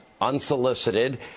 unsolicited